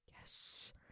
Yes